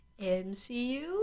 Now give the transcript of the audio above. mcu